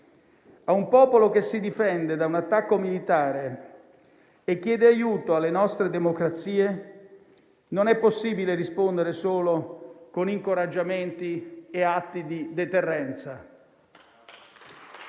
A un popolo che si difende da un attacco militare e chiede aiuto alle nostre democrazie non è possibile rispondere solo con incoraggiamenti e atti di deterrenza.